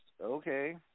Okay